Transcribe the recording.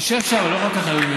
תשב שם, אני לא יכול ככה.